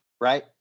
Right